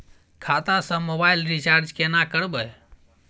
खाता स mobile recharge केना करबे?